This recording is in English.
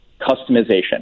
customization